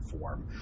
form